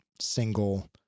single